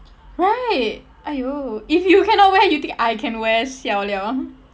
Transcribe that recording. right !aiyo! if you cannot wear you think I can wear siao liao ah